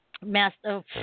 Master